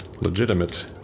legitimate